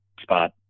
spot